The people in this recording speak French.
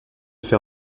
fait